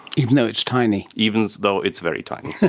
even though it's tiny. even though it's very tiny.